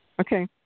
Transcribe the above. Okay